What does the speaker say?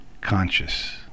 conscious